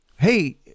Hey